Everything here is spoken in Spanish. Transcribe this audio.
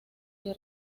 que